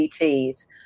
ets